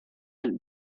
have